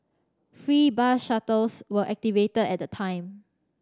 free bus shuttles were activated at the time